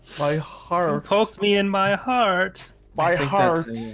my heart holds me in my heart by heart.